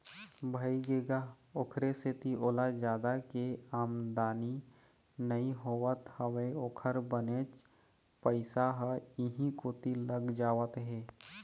भइगे गा ओखरे सेती ओला जादा के आमदानी नइ होवत हवय ओखर बनेच पइसा ह इहीं कोती लग जावत हे